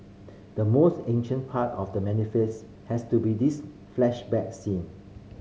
the most ancient part of The Manifest has to be this flashback scene